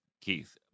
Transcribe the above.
Keith